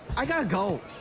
i got to go.